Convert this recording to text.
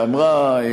-- שאמרה: